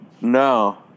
No